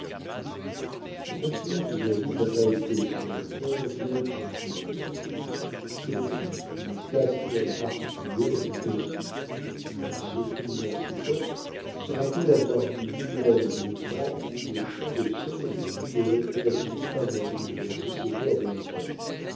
le personnage de david n'a pas été selon l'auteur bien compris en europe c'est le type d'une classe d'hommes particulière aux étatsunis m fenimore cooper se rappelle avoir vu lui-même le temps où le chant des psaumes était une des récréations favorites de la société américaine